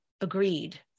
agreed